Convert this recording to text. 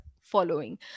following